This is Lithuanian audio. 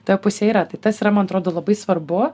ta pusė yra tai tas yra man atrodo labai svarbu